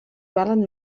valen